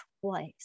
twice